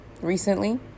recently